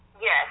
Yes